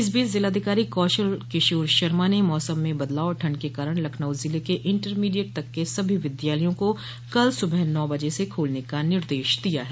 इस बीच ज़िलाधिकारी कौशल किशोर शर्मा ने मौसम में बदलाव और ठंड के कारण लखनऊ ज़िले के इंटरमीडिएट तक के सभी विद्यालयों को कल सुबह नौ बजे से खोलने का निर्देश दिया है